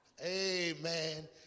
Amen